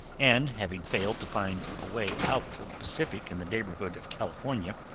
and having failed to find a way out of the pacific in the neighborhood of california,